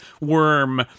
worm